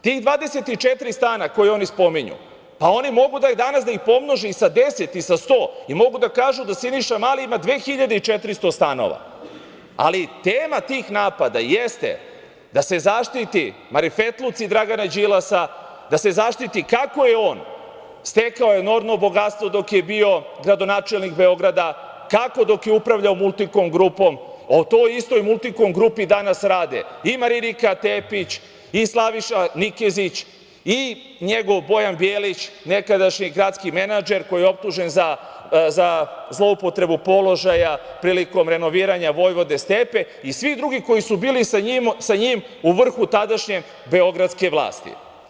Tih 24 stana, koje oni spominju, pa oni mogu da ih danas pomnoži i sa 10 i sa 100, i mogu da kažu da Siniša Mali ima 2.400 stanova, ali tema tih napada jeste da se zaštite marifetluci Dragana Đilasa, da se zaštiti kako je on stekao enormno bogatstvo dok je bio gradonačelnik Beograda, kako dok je upravljao „Multikom grupom“, a u toj istoj „Multikom grupi“ danas rade i Marinika Tepić i Slaviša Nikezić i njegov Bojan Bjelić, nekadašnji gradski menadžer koji je optužen za zloupotrebu položaja prilikom renoviranja Vojvode Stepe i svi drugi koji su bili sa njim u vrhu tadašnje beogradske vlasti.